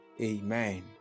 Amen